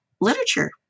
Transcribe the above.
literature